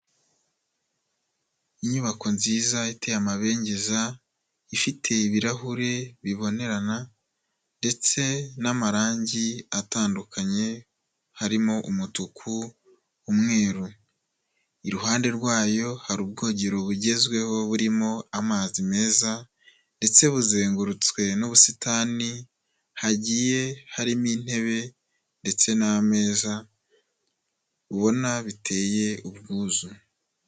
Inyubako nziza iteye amabengeza. ifite ibirahure bibonerana ndetse n'amarangi atandukanye harimo umutuku, umweru. Iruhande rwayo hari ubwogero bugezweho burimo amazi meza ndetse buzengurutswe n'ubusitani hagiye harimo intebe ndetse n'ameza bubona biteye ubwuzu.